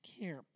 care